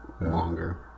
longer